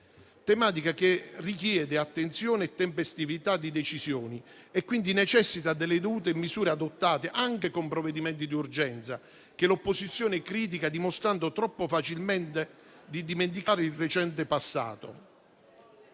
questa, che richiede attenzione e tempestività di decisioni e quindi necessita delle dovute misure, adottate anche con provvedimenti d'urgenza, che l'opposizione critica dimostrando troppo facilmente di dimenticare il recente passato.